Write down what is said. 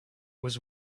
was